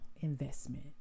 investment